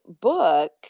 book